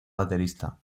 baterista